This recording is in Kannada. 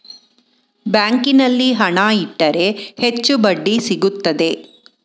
ಬ್ಯಾಂಕಿನಲ್ಲಿ ಹಣ ಇಟ್ಟರೆ ಹೆಚ್ಚು ಬಡ್ಡಿ ಸಿಗುತ್ತದೆ